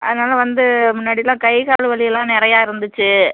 அதனால் வந்து முன்னாடிலாம் கை கால் வலியெல்லாம் நிறையா இருந்துச்சு